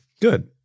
Good